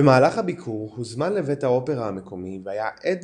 במהלך הביקור הוזמן לבית האופרה המקומי והיה עד